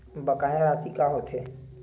बकाया राशि का होथे?